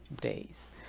days